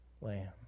lamb